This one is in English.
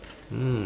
mm